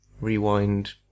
Rewind